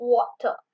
Water